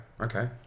Okay